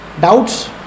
Doubts